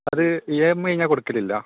അത് E M I ഞാൻ കൊടുക്കലില്ല